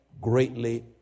greatly